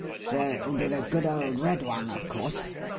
so it will be the good old red one, of course.